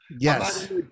Yes